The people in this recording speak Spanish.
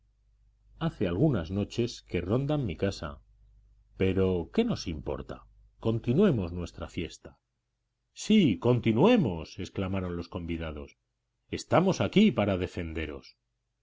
hace algunas noches que rondan mi casa pero qué nos importa continuemos nuestra fiesta sí continuemos exclamaron los convidados estamos aquí para defenderos